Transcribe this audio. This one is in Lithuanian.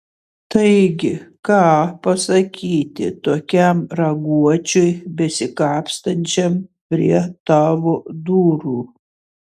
taigi ką pasakyti tokiam raguočiui besikapstančiam prie tavo durų